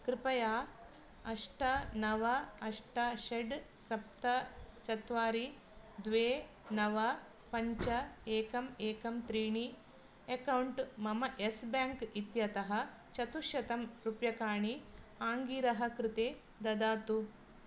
कृपया अष्ट नव अष्ट षट् सप्त चत्वारि द्वे नव पञ्च एकं एकं त्रीणि एकौण्ट् मम येस् बेङ्क् इत्यतः चतुःशतं रूप्यकाणि आङ्गिरः कृते ददातु